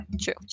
true